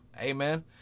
Amen